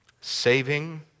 Saving